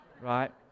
right